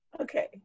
okay